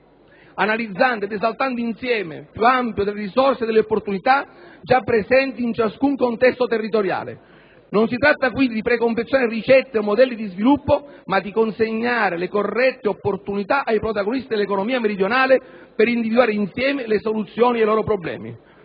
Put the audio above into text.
analizzando ed esaltando l'insieme più ampio delle risorse e delle opportunità già presenti in ciascun contesto territoriale. Non si tratta quindi di preconfezionare ricette o modelli di sviluppo, ma di consegnare le corrette opportunità ai protagonisti dell'economia meridionale per individuare insieme le soluzioni ai loro problemi.